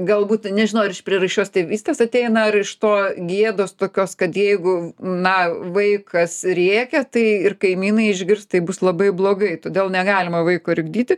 galbūt nežinau ar iš prieraišios tėvystės ateina ar iš to gėdos tokios kad jeigu na vaikas rėkia tai ir kaimynai išgirs tai bus labai blogai todėl negalima vaiko rikdyti